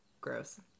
gross